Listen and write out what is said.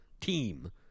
team